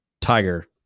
Tiger